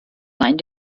sein